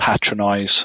patronize